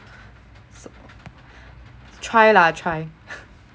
try lah try